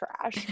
trash